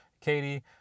Katie